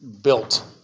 built